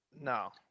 No